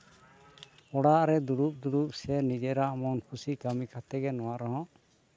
ᱚᱲᱟᱜ ᱨᱮ ᱫᱩᱲᱩᱵ ᱫᱩᱲᱩᱵ ᱥᱮ ᱱᱤᱡᱮᱨᱟᱜ ᱢᱚᱱ ᱠᱩᱥᱤ ᱠᱟᱹᱢᱤ ᱠᱟᱛᱮᱫ ᱜᱮ ᱱᱚᱣᱟ ᱨᱮᱦᱚᱸ